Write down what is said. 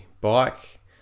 bike